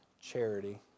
charity